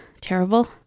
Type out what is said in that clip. terrible